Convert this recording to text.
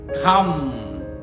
Come